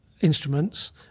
instruments